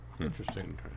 Interesting